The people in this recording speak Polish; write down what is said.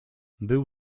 był